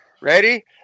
Ready